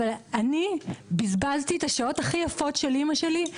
אבל אני בזבזתי את השעות הכי יפות של אמא שלי,